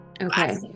Okay